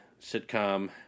sitcom